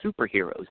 superheroes